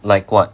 like what